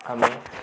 ଆମେ